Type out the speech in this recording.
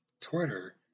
Twitter